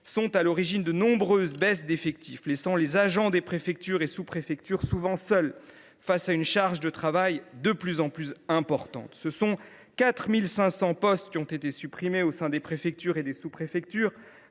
sont à l’origine de nombreuses baisses d’effectifs, laissant souvent les agents des préfectures et des sous préfectures seuls face à une charge de travail de plus en plus importante. En effet, pas moins de 4 500 postes ont été supprimés au sein des préfectures et des sous préfectures,